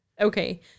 Okay